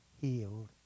healed